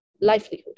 livelihood